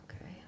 Okay